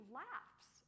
laughs